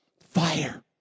Fire